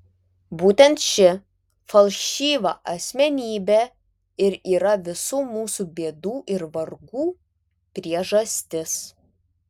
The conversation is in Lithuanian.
būtent ši falšyva asmenybė ir yra visų mūsų bėdų ir vargų priežastis